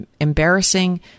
embarrassing